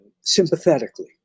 sympathetically